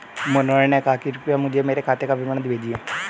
मनोहर ने कहा कि कृपया मुझें मेरे खाते का विवरण भेजिए